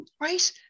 Right